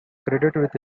credited